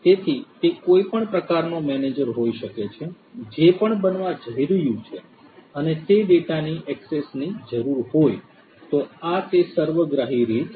તેથી તે કોઈપણ પ્રકારનો મેનેજર હોઈ શકે છે જે પણ બનવા જઈ રહ્યું છે અને તે ડેટાની એક્સેસની જરૂર હોય તો આ તે સર્વગ્રાહી રીતે છે